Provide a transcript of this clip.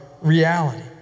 reality